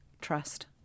Trust